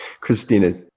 Christina